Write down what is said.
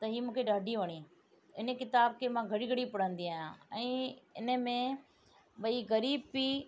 त हीअ मूंखे ॾाढी वणी इन किताब खे मां घड़ी घड़ी पढ़ंदी आहियां ऐं इन में ॿई ग़रीब पीउ